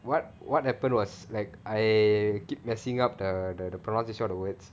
what what happened was like I keep messing up the the the pronounciation of the words